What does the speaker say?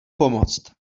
pomoct